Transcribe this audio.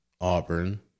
Auburn